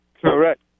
Correct